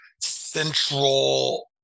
central